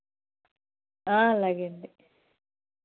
అలాగే అండి